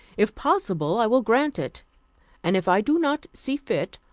if possible, i will grant it and if i do not see fit,